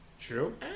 true